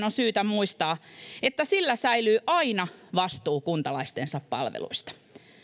on syytä muistaa että sillä säilyy aina vastuu kuntalaistensa palveluista